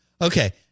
Okay